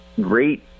great